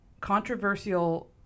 controversial